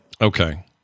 Okay